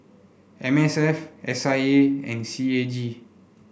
M S F S I A and C A G